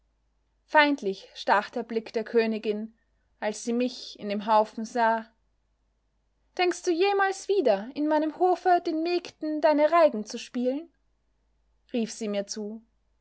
feindlich stach der blick der königin als sie mich in dem haufen sah denkst du jemals wieder in meinem hofe den mägden deine reigen zu spielen rief sie mir zu